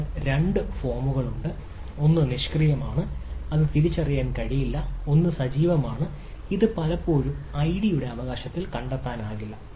അതിനാൽ 2 ഫോമുകളുണ്ട് ഒന്ന് നിഷ്ക്രിയമാണ് അത് തിരിച്ചറിയാൻ കഴിയില്ല ഒന്ന് സജീവമാണ് ഇത് പലപ്പോഴും ഐഡിയുടെ അവകാശത്താൽ കണ്ടെത്താനാകില്ല